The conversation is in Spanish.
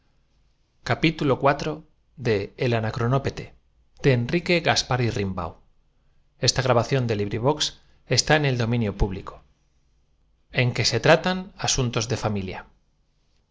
capítulo iv en el que se tratan asuntos de familia